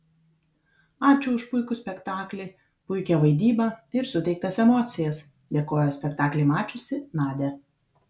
ačiū už puikų spektaklį puikią vaidybą ir suteiktas emocijas dėkojo spektaklį mačiusi nadia